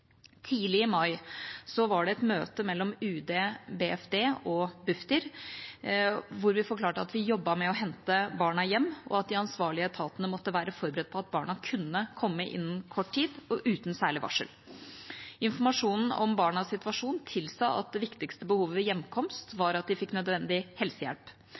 Tidlig i mai var det et møte mellom Utenriksdepartementet, Barne- og familiedepartementet og Bufdir, der vi forklarte at vi jobbet med å hente barna hjem, og at de ansvarlige etatene måtte være forberedt på at barna kunne komme innen kort tid, og uten særlig varsel. Informasjonen om barnas situasjon tilsa at det viktigste behovet ved hjemkomst var at de fikk nødvendig helsehjelp.